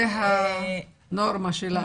זו הנורמה שלנו.